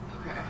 Okay